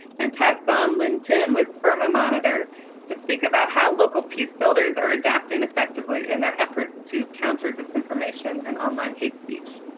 and that zon lynn htin with burma monitor to speak about how local peace builders are adapting effectively in their efforts to counter disinformation and online hate speech.